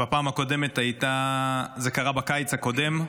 בפעם הקודמת זה קרה בקיץ הקודם,